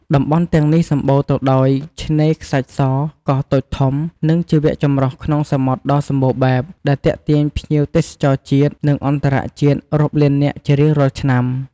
តំបន់ទាំងនេះសម្បូរទៅដោយឆ្នេរខ្សាច់ស កោះតូចធំ និងជីវចម្រុះក្នុងសមុទ្រដ៏សម្បូរបែប ដែលទាក់ទាញភ្ញៀវទេសចរជាតិ និងអន្តរជាតិរាប់លាននាក់ជារៀងរាល់ឆ្នាំ។